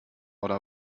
oder